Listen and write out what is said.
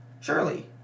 surely